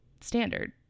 standard